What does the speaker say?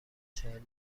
چهل